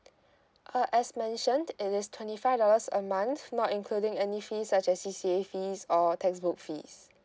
uh as mentioned it is twenty five dollars a month not including any fees such as C_C_A fees or textbook fees